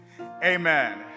amen